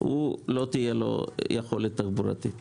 לא תהיה לו יכולת תחבורתית.